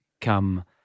come